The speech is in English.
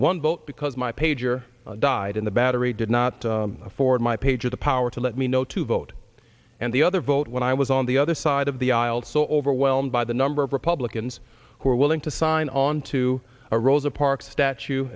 one vote because my pager died in the battery did not afford my pager the power to let me know to vote and the other vote when i was on the other side of the aisle so overwhelmed by the number of republicans who are willing to sign on to a rosa parks statue